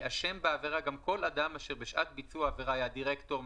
ייאשם בעבירה גם כל אדם אשר בשעת ביצוע העבירה היה דירקטור,